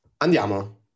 andiamo